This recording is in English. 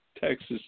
Texas